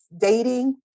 dating